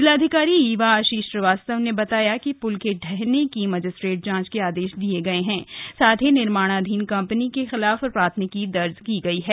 जिलाधिकारी ईवा आशीष श्रीवास्तव ने बताया कि प्ल के ढहने की मजिस्ट्रेट जांच के आदेश दिए गए हैं साथ ही निर्माणाधीन कंपनी के खिलाफ प्राथमिकी दर्ज की गई है